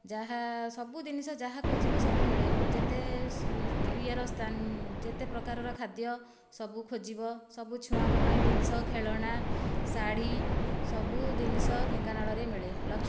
ଯାହା ସବୁ ଜିନିଷ ଯାହା ଖୋଜିବ ସବୁ ମିଳେ ଯେତେ ଇଏର ଯେତେ ପ୍ରକାରର ଖାଦ୍ୟ ସବୁ ଖୋଜିବ ସବୁ ଛୁଆଙ୍କ ପାଇଁ ଜିନିଷ ଖେଳନା ଶାଢ଼ୀ ସବୁ ଜିନିଷ ଢେଙ୍କାନାଳରେ ମିଳେ